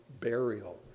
burial